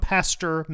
Pastor